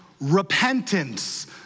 repentance